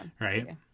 Right